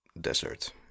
desert